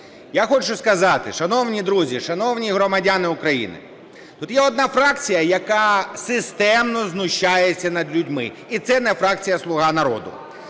Я хочу сказати, шановні друзі, шановні громадяни України, тут є одна фракція, яка системно знущається над людьми, і це не фракція "Слуга народу".